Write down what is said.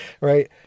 right